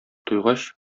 туйгач